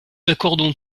accordons